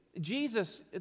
Jesus